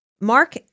Mark